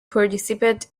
participate